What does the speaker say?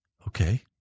Okay